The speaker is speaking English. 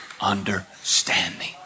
understanding